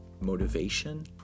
motivation